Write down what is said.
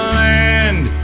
land